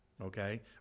okay